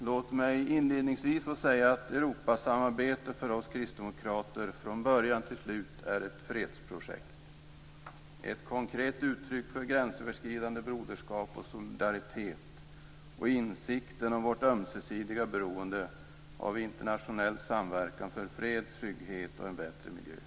Låt mig inledningsvis få säga att Europasamarbetet för oss kristdemokrater från början till slut är ett fredsprojekt; ett konkret uttryck för gränsöverskridande broderskap och solidaritet och insikten om vårt ömsesidiga beroende av internationell samverkan för fred, trygghet och en bättre miljö.